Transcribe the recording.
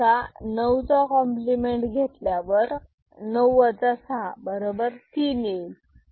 सहाचा 9चा कॉम्प्लिमेंट घेतल्यावर 9 63 येईल